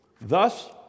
thus